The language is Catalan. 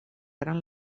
gran